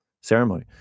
ceremony